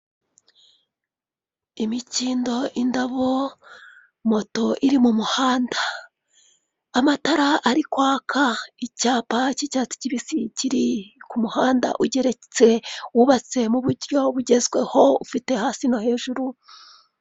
Imikindo, indabo, moto iri mu muhanda, amatara ari kwaka, icyapa cy'icyatsi kibisi kiri ku muhanda ugeretse, wubatse mu buryo bugezweho, ufite hasi no hejuru.